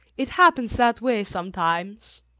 it happens that way sometimes.